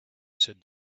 said